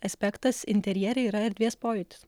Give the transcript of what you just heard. aspektas interjere yra erdvės pojūtis